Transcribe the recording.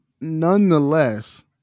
nonetheless